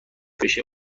بشه